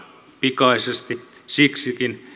pikaisesti siksikin